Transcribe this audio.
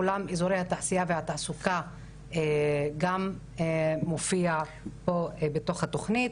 עולם איזורי התעשייה והתעסוקה גם מופיע פה בתוך התוכנית